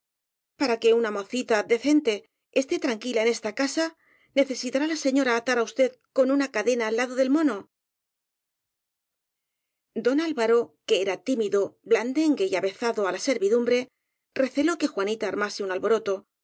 para que una mocita decente esté tranquila en esta casa necesitará la señora atar á usted con una cadena al lado del mono don alvaro que era tímido blandengue y ave zado á la servidumbre receló que juanita armase un alboroto